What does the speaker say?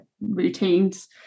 routines